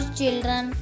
children